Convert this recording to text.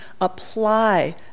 apply